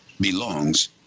belongs